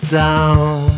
down